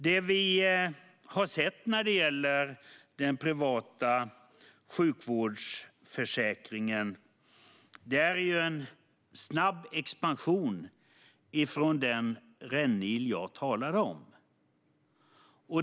Det som vi har sett när det gäller den privata sjukvårdsförsäkringen är en snabb expansion från den rännil som jag talade om.